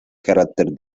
carácter